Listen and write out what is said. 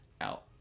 out